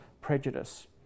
prejudice